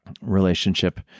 relationship